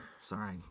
Sorry